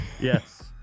Yes